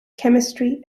chemistry